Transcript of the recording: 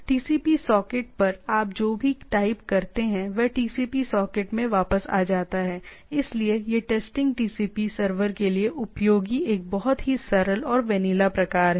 TCP socket पर आप जो भी टाइप करते हैं वह टीसीपी सॉकेट में वापस आ जाता है इसलिए यह टेस्टिंग टीसीपी सर्वर के लिए उपयोगी एक बहुत ही सरल और वैनिला प्रकार है